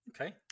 okay